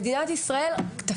כתפיה של מדינת ישראל רחבות,